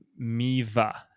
Miva